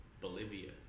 Bolivia